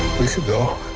we could go,